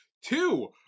two